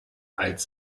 als